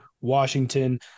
washington